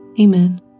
Amen